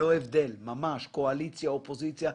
קואליציה ואופוזיציה.